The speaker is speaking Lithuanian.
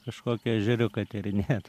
kažkokį ežeriuką tyrinėt